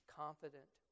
confident